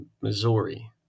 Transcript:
Missouri